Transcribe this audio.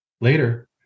Later